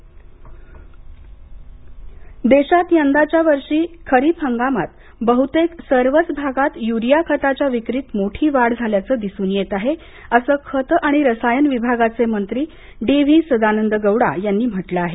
खत आणि रसायन मंत्री देशात यंदाच्या वर्षीच्या खरीप हंगामात बहुतेक सर्वच भागात युरिया खताच्या विक्रीत मोठी वाढ झाल्याचं दिसून येत आहे असं खत आणि रसायन विभागाचे मंत्री डी व्ही सदानंद गौडा यांनी म्हटलं आहे